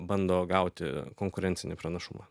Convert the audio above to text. bando gauti konkurencinį pranašumą